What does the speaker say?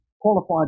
qualified